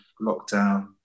lockdown